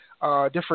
different